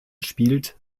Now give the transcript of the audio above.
spielt